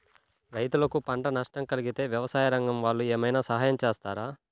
రైతులకు పంట నష్టం కలిగితే వ్యవసాయ రంగం వాళ్ళు ఏమైనా సహాయం చేస్తారా?